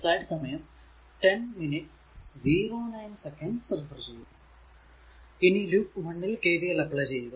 ഇനി ഈ ലൂപ്പ് 1 ൽ KVL അപ്ലൈ ചെയ്യുക